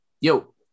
Yo